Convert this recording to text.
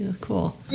cool